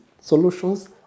solutions